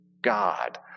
God